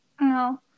no